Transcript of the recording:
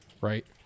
Right